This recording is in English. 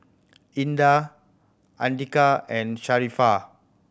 Indah Andika and Sharifah